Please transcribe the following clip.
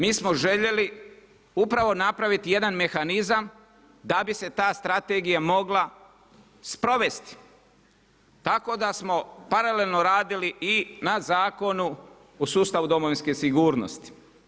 Mi smo željeli upravo napraviti jedan mehanizam da bi se ta strategija mogla sprovesti, tako da smo paralelno radili i na Zakonu o sustavu domovinske sigurnosti.